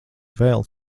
vēl